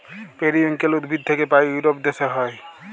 periwinkle উদ্ভিদ থাক্যে পায় ইউরোপ দ্যাশে হ্যয়